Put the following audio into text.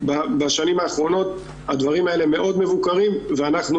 בשנים האחרונות הדברים האלה מאוד מבוקרים ואנחנו